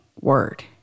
word